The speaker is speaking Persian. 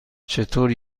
چطور